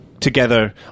Together